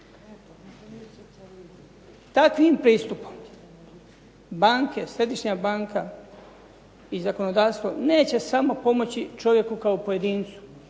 Takvim pristupom banke, središnja banka i zakonodavstvo neće samo pomoći čovjeku kao pojedincu.